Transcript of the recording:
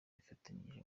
abifatanyije